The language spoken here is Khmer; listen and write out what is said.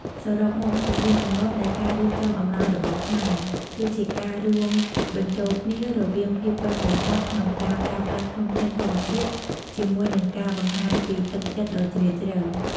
សរុបមក ទំនៀមទម្លាប់នៃការរៀបចំអំណោយរបស់ខ្មែរ គឺជាការរួមបញ្ចូលគ្នារវាង ភាពប៉ិនប្រសប់ក្នុងការប្រើប្រាស់ធនធានធម្មជាតិ ជាមួយនឹង ការបង្ហាញពីទឹកចិត្តដ៏ជ្រាលជ្រៅ។